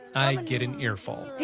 i get an earful